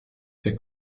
the